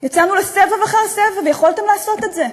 יצאנו לסבב אחרי סבב, יכולתם לעשות את זה.